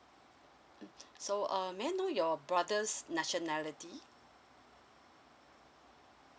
mm so err may I know your brother's nationality